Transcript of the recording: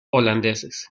holandeses